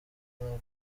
buroko